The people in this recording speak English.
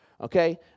okay